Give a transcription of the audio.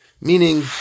meaning